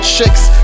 shakes